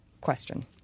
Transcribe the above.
question